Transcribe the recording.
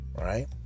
Right